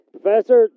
Professor